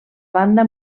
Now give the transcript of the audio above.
banda